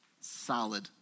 solid